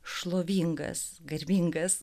šlovingas garbingas